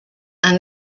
and